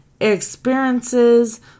experiences